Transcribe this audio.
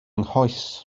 nghoes